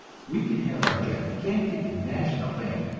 we can have our gigantic national bank,